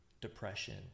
depression